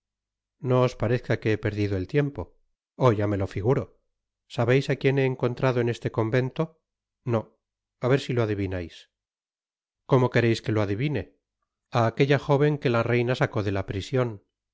os parezca que he perdido el tiempo oh ya me lo figuro sabeis á quién he encontrado en este convento no a ver si lo adivináis i t content from google book search generated at cómo quereis que lo adivine á aquella jóven que la reina sacó de la prision